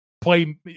play